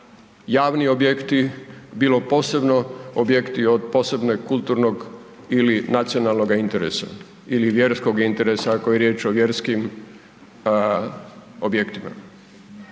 javni objekti, bilo posebno objekti od posebno kulturnog ili nacionalnog interesa ili vjerskog interesa ako je riječ o vjerskim objektima.